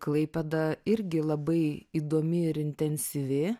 klaipėda irgi labai įdomi ir intensyvi